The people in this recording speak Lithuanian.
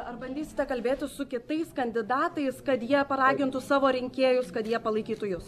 ar bandysite kalbėtis su kitais kandidatais kad jie paragintų savo rinkėjus kad jie palaikytų jus